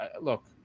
look